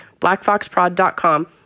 blackfoxprod.com